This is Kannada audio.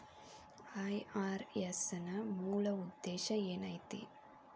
ಐ.ಆರ್.ಎಸ್ ನ ಮೂಲ್ ಉದ್ದೇಶ ಏನೈತಿ?